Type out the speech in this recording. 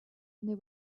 they